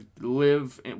live